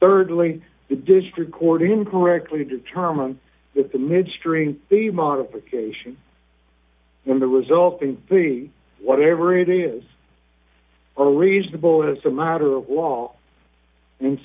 thirdly the district court incorrectly determined that the midstream the modification in the resulting three whatever it is are reasonable as a matter of wall and